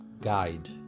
guide